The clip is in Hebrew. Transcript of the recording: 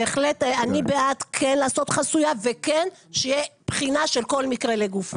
אני בעד כן לעשות חסויה וכן שתהיה בחינה של כל מקרה לגופו.